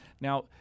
Now